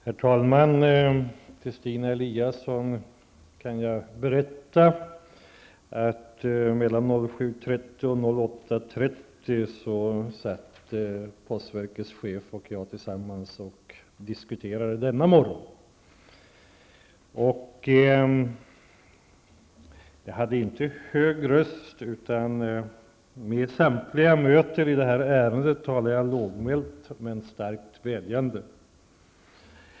Herr talman! Jag kan berätta för Stina Eliasson att jag i dag mellan kl. 07.30--08.30 förde en diskussion med postverkets chef. Jag hade inte hög röst utan talade lågmält men starkt vädjande.